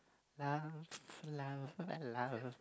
love love and love